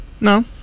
No